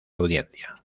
audiencia